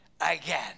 again